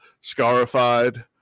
scarified